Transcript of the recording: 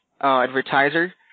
Advertiser